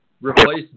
replace